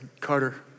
Carter